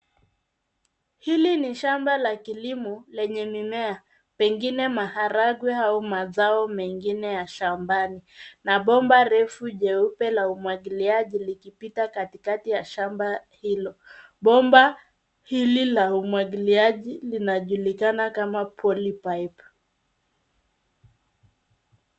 Hili ni shamba la kilimo lenye mimea, pengine maharagwe au mazao mengine ya shambani na bomba refu jeupe la umwagiliaji likipita katikati ya shamba hilo. Bomba hili la umwagiliaji linajulikana kama polypipe .